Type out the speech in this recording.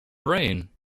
brain